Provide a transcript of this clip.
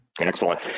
Excellent